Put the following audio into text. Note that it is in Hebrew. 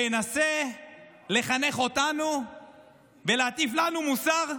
וינסה לחנך אותנו ולהטיף לנו מוסר?